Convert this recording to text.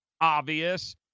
obvious